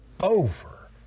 over